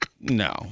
No